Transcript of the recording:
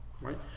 right